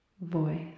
voice